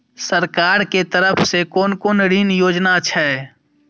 सरकार के तरफ से कोन कोन ऋण योजना छै?